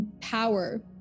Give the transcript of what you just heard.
power